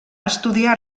estudiar